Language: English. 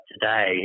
today